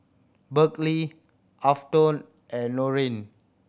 Berkley Afton and Norine